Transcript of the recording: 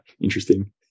interesting